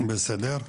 בסדר.